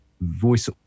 voice